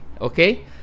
Okay